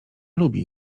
lubi